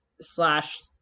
slash